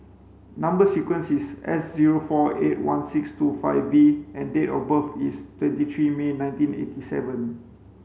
number sequence is S zero four eight one six two five V and date of birth is twenty three May nineteen eighty seven